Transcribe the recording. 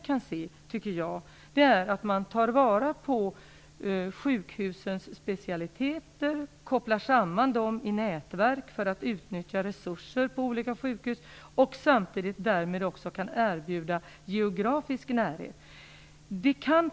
Jag tycker mig se att man nu tar vara på specialiteter inom sjukhusen, kopplar samman dessa i nätverk för att utnyttja resurser på olika sjukhus och därmed också kan erbjuda geografisk närhet.